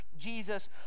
Jesus